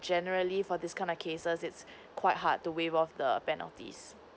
generally for this kind of cases it's quite hard to waive off the penalties